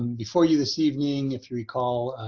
before you this evening, if you recall,